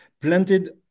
Planted